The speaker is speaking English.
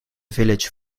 village